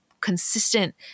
consistent